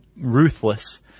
ruthless